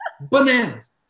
bananas